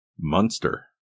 Munster